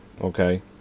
Okay